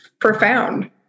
profound